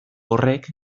horrek